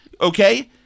Okay